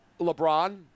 LeBron